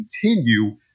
continue